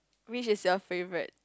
which is your favourite